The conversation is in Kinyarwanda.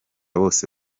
bose